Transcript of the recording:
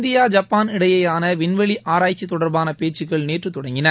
India Japan இடையேயான விண்வெளி ஆராய்ச்சித் தொடர்பான பேச்சுகள் நேற்றுத் தொடங்கின